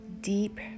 deep